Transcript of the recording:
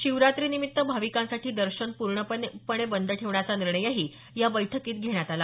शिवरात्री निमित्त भाविकांसाठी दर्शन पूर्णपणे बंद ठेवण्याचा निर्णयही या बैठकीत घेण्यात आला